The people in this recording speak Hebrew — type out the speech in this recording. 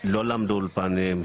לא למדו באולפן,